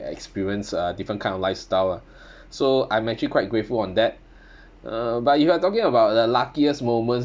experience a different kind of lifestyle lah so I'm actually quite grateful on that uh but if you are talking about the luckiest moments